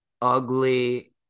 ugly